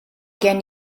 gen